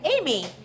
Amy